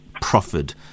proffered